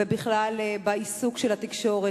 ובכלל בעיסוק של התקשורת,